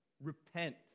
Repent